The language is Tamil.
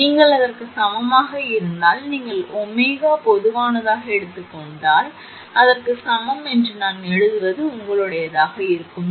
நீங்கள் அதற்கு சமமாக இருந்தால் நீங்கள் ஒமேகா பொதுவானதை எடுத்துக் கொண்டால் அதற்குச் சமம் நான் எழுதுவது உங்களுடையதாக இருக்கும் 𝐶𝑉1 0